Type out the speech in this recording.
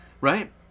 right